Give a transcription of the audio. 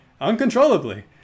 uncontrollably